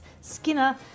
Skinner